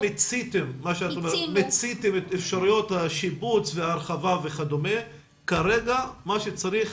אז אתם מיציתם את אפשרויות השיפוץ וההרחבה וכדומה וכרגע מה שצריך,